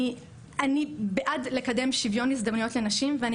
אני בעד לקדם שוויון הזדמנויות לנשים ואני